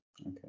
okay